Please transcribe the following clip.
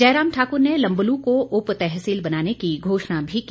जयराम ठाकुर ने लम्बलू को उपतहसील बनाने की घोषणा भी की